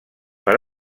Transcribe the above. per